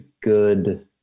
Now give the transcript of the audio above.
good